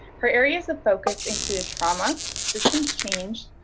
her areas of focus include trauma, systems change,